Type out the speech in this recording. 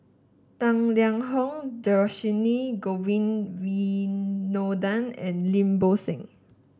Tang Liang Hong Dhershini Govin Winodan and Lim Bo Seng